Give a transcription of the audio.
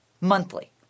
monthly